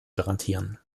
garantieren